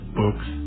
books